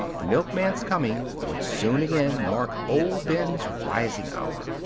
the milkman's coming would soon again mark old ben's rising hour.